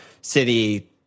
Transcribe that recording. City